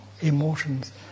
emotions